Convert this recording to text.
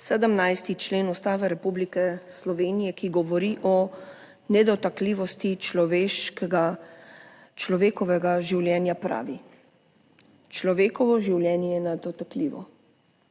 17. člen Ustave Republike Slovenije, ki govori o nedotakljivosti človeškega, človekovega življenja pravi: Človekovo življenje je nedotakljivo.